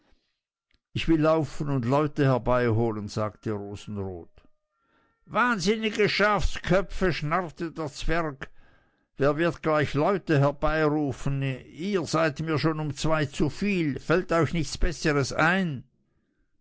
ich will laufen und leute herbeiholen sagte rosenrot wahnsinnige schafsköpfe schnarrte der zwerg wer wird gleich leute herbeirufen ihr seid mir schon um zwei zu viel fällt euch nicht besseres ein